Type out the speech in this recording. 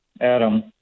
Adam